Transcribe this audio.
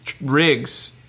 Rigs